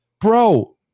bro